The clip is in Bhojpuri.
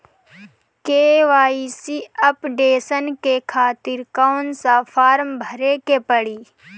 के.वाइ.सी अपडेशन के खातिर कौन सा फारम भरे के पड़ी?